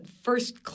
first